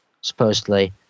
supposedly